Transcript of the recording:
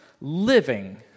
living